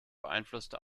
beeinflusste